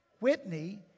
Whitney